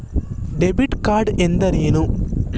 Debit card ಎಂದರೇನು?